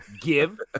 give